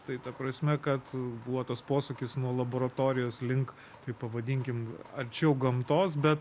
tai ta prasme kad buvo tas posūkis nuo laboratorijos link taip pavadinkim arčiau gamtos bet